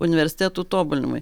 universitetų tobulinimui